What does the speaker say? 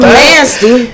nasty